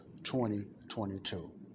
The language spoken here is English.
2022